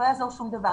לא יעזור שום דבר.